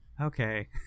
Okay